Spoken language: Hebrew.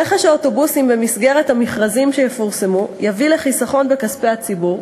רכש האוטובוסים במסגרת המכרזים שיפורסמו יביא לחיסכון בכספי הציבור,